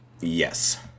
Yes